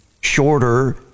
shorter